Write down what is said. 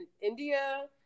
India